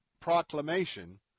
proclamation